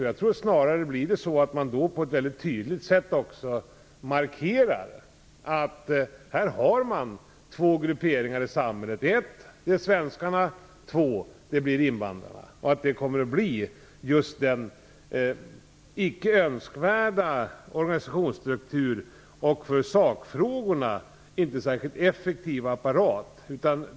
Jag tror snarare att det skulle bli så att man på ett tydligt sätt markerar att det finns två grupperingar i samhället, dvs. för det första svenskarna och för det andra invandrarna. Det skulle bli just en icke önskvärd organisationsstruktur och en för sakfrågorna inte särskilt effektiv apparat.